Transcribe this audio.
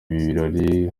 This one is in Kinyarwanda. birori